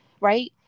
right